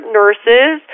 nurses